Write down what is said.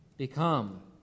become